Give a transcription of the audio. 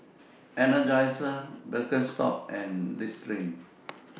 Energizer Birkenstock and Listerine